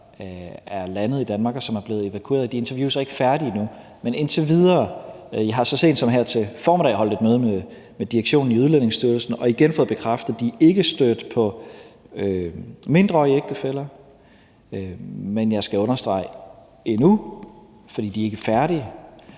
er landet i Danmark, og som er blevet evakueret. De interviews er ikke færdige endnu, men indtil videre – og jeg har så sent som her til formiddag holdt et møde med direktionen i Udlændingestyrelsen – har jeg igen fået bekræftet, at de ikke er stødt på mindreårige ægtefæller. Men jeg skal understrege endnu, for de er ikke færdige.